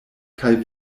kaj